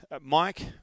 Mike